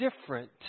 different